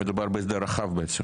שמדובר בהסדר רחב בעצם.